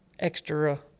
extra